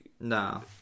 No